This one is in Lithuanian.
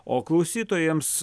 o klausytojams